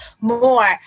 more